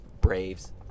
Braves